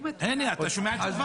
הנה, אתה שומע את התשובה.